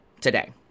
today